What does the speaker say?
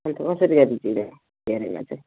त्यही त कसरी दर्जन दिन्छौ लानेलाई चाहिँ